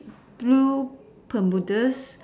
blue Bermudas